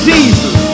Jesus